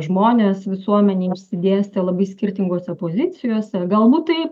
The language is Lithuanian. žmonės visuomenėj išsidėstę labai skirtingose pozicijose galbūt tai